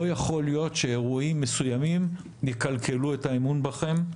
לא יכול להיות שאירועים מסוימים יקלקלו את האמון בכם.